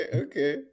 okay